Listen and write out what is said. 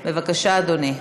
בבקשה, אדוני,